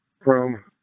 chrome